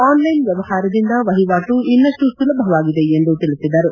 online ವ್ಚವಹಾರದಿಂದ ವಹಿವಾಟು ಇನ್ನಷ್ಟು ಸುಲಭವಾಗಿದೆ ಎಂದು ತಿಳಿಸಿದರು